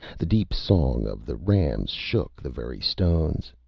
the deep song of the rams shook the very stones.